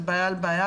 בעיה על בעיה,